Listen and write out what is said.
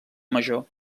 major